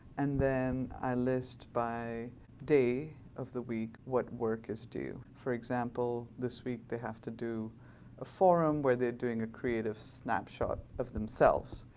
and then i list by day of the week what work is due. for example, this week they have to do a forum where they're doing a creative snapshot of themselves,